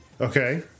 Okay